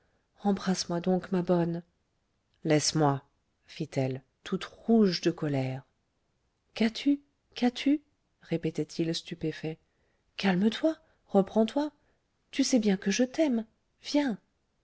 embrasse-moi donc ma bonne laisse-moi fit-elle toute rouge de colère qu'as-tu qu'as-tu répétait-il stupéfait calme-toi reprendstoi tu sais bien que je t'aime viens